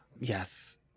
Yes